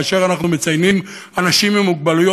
כאשר אנחנו מציינים יום לאנשים עם מוגבלות,